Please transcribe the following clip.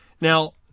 Now